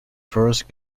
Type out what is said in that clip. first